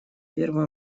первый